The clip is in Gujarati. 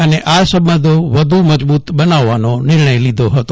અને આ સંબંધો વ્ધુ મજબૂત બનાવવાનો નિર્ણય લીધો હતો